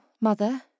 mother